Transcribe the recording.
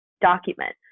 document